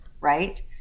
right